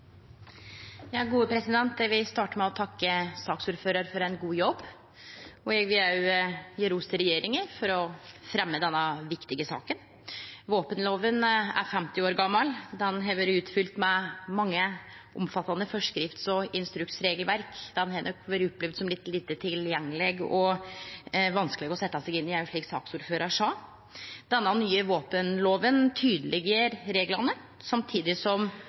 Eg vil starte med å takke saksordføraren for ein god jobb. Eg vil òg gje ros til regjeringa for å fremje denne viktige saka. Våpenloven er 50 år gamal og er utfylt av mange omfattande føreskrifts- og instruksregelverk. Ein har nok opplevd han som litt lite tilgjengeleg og vanskeleg å setje seg inn i, som òg saksordføraren sa. Denne nye våpenloven tydeleggjer reglane samtidig som